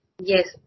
Yes